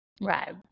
Right